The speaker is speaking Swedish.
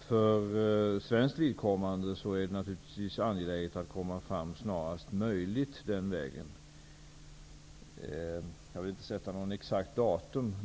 För svenskt vidkommande är det naturligtvis angeläget att snarast möjligt komma fram den vägen. Jag vill inte sätta ut något exakt datum.